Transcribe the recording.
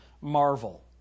Marvel